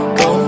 go